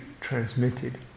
transmitted